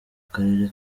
karere